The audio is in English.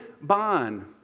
bond